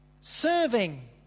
serving